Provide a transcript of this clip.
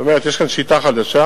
זאת אומרת, יש כאן שיטה חדשה,